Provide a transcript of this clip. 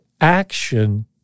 action